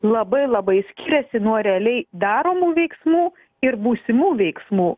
labai labai skiriasi nuo realiai daromų veiksmų ir būsimų veiksmų